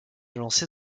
lancer